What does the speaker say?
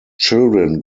children